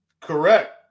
Correct